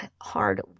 hard